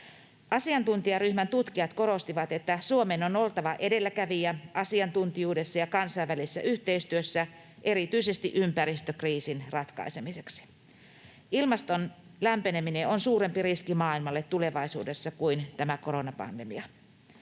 Asiantuntijaryhmän tutkijat korostivat, että Suomen on oltava edelläkävijä asiantuntijuudessa ja kansainvälisessä yhteistyössä erityisesti ympäristökriisin ratkaisemiseksi. Ilmaston lämpeneminen on suurempi riski maailmalle tulevaisuudessa kuin tämä koronapandemia.